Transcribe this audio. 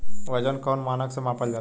वजन कौन मानक से मापल जाला?